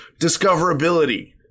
Discoverability